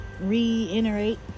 reiterate